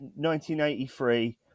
1983